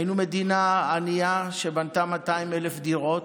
היינו מדינה ענייה שבנתה 200,000 דירות,